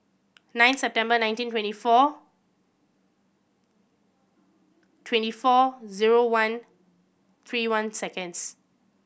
nine September nineteen twenty four twenty four zero one three one seconds